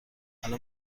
الان